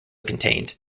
contains